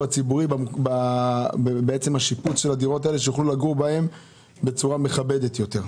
הציבורי בשיפוץ הדירות האלה כדי שיוכלו לגור בהן בצורה מכבדת יותר?